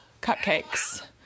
cupcakes